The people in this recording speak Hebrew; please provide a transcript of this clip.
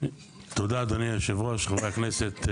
תודה אדוני יושב הראש, חברי הכנסת.